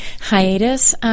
hiatus